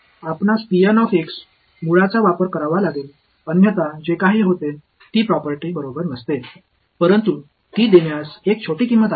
आपणास मुळांचा वापर करावा लागेल अन्यथा जे काही होते ती प्रॉपर्टी बरोबर नसते परंतु ती देण्यास एक छोटी किंमत आहे